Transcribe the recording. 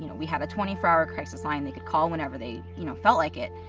you know we had a twenty four hour crisis line, they could call whenever they, you know, felt like it.